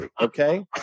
okay